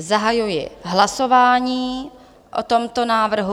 Zahajuji hlasování o tomto návrhu.